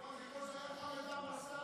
נכון, זה כמו שהיה חמד עמאר.